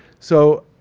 so,